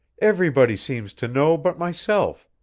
everybody seems to know but myself.